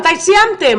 מתי סיימתם